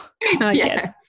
Yes